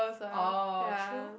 orh true